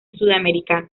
sudamericano